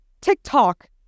TikTok